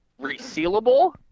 Resealable